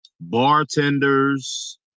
Bartenders